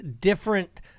different